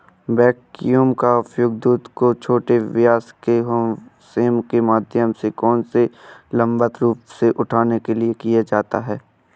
vacuum का उपयोग दूध को छोटे व्यास के होसेस के माध्यम से कैन में लंबवत रूप से उठाने के लिए किया जाता है